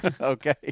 Okay